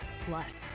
Plus